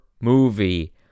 movie